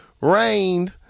rained